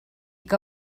que